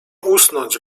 usnąć